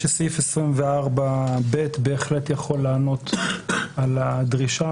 שסעיף 24(ב) בהחלט יכול לענות על הדרישה.